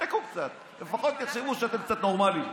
תשתקו קצת, לפחות יחשבו שאתם קצת נורמליים.